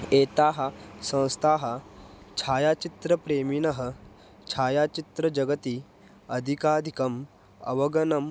एताः संस्थाः छायाचित्रप्रेमिणः छायाचित्रजगति अधिकाधिकम् अवगमनम्